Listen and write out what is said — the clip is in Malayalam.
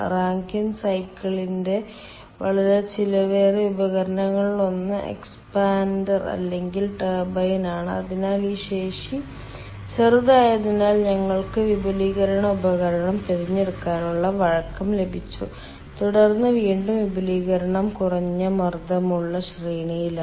റാങ്കൈൻ സൈക്കിളിന്റെ വളരെ ചെലവേറിയ ഉപകരണങ്ങളിലൊന്ന് എക്സ്പാൻഡർ അല്ലെങ്കിൽ ടർബൈൻ ആണ് അതിനാൽ ഈ ശേഷി ചെറുതായതിനാൽ ഞങ്ങൾക്ക് വിപുലീകരണ ഉപകരണം തിരഞ്ഞെടുക്കാനുള്ള വഴക്കം ലഭിച്ചു തുടർന്ന് വീണ്ടും വിപുലീകരണം കുറഞ്ഞ മർദ്ദമുള്ള ശ്രേണിയിലാണ്